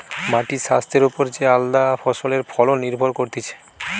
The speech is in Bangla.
মাটির স্বাস্থ্যের ওপর যে আলদা ফসলের ফলন নির্ভর করতিছে